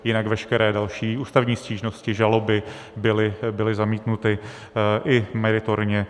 Jinak veškeré další ústavní stížnosti, žaloby, byly zamítnuty i meritorně.